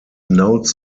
notes